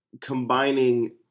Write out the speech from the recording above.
combining